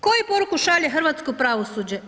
Koju poruku šalje hrvatsko pravosuđe?